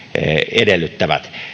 edellyttävät